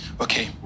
Okay